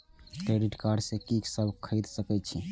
Credit card से की सब खरीद सकें छी?